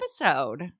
episode